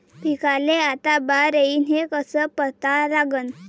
पिकाले आता बार येईन हे कसं पता लागन?